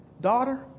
daughter